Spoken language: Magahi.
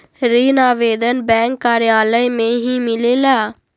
ऋण आवेदन बैंक कार्यालय मे ही मिलेला?